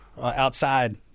outside